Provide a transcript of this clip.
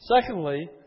Secondly